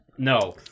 No